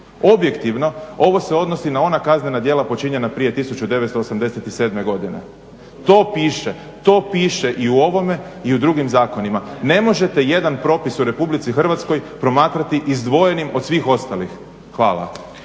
Objektivno ovo se odnosi na ona kaznena djela počinjena prije 1987.godine. To piše, to piše i u ovome i u drugim zakonima. Ne možete jedan propis u RH promatrati izdvojenim od svih ostalih. Hvala.